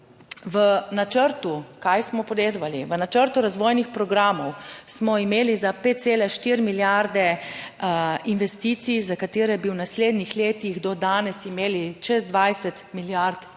v načrtu razvojnih programov smo imeli za 5,4 milijarde investicij, za katere bi v naslednjih letih do danes imeli čez 20 milijard izdatkov